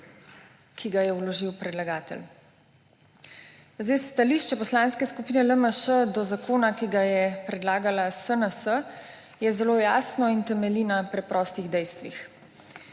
ki ga je vložil predlagatelj. Stališče Poslanske skupine LMŠ do zakona, ki ga je predlagala SNS, je zelo jasno in temelji na preprostih dejstvih.